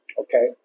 okay